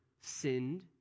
sinned